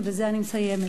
ובזה אני מסיימת,